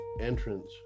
entrance